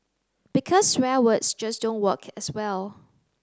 because swear words just don't work as well